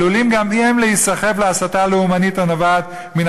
עלולים גם הם להיסחף להסתה הלאומנית הנובעת מן